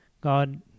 god